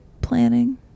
planning